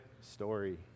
story